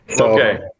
Okay